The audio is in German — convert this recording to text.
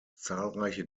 zahlreiche